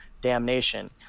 damnation